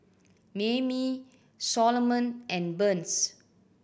Mayme Soloman and Burns